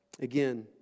Again